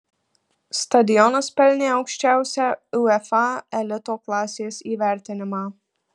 stadionas pelnė aukščiausią uefa elito klasės įvertinimą